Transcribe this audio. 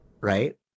right